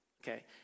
Okay